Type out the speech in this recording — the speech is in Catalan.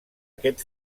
aquest